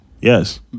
Yes